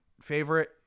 favorite